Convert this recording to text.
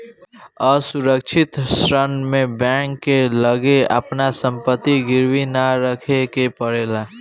असुरक्षित ऋण में बैंक के लगे आपन संपत्ति गिरवी ना रखे के पड़ेला